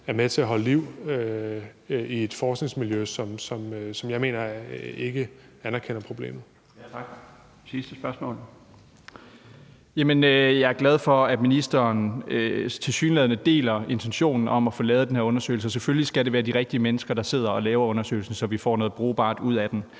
for sit sidste spørgsmål. Kl. 14:07 Mikkel Bjørn (DF): Jeg er glad for, at ministeren tilsyneladende deler intentionen om at få lavet den her undersøgelse, og selvfølgelig skal det være de rigtige mennesker, der sidder og laver undersøgelsen, så vi får noget brugbart ud af den.